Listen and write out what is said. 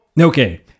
Okay